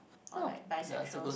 or like bi sexual